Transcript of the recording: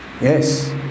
Yes